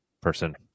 person